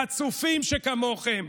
חצופים שכמוכם,